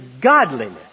godliness